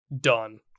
done